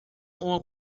uma